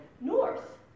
north